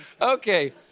Okay